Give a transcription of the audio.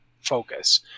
focus